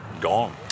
gone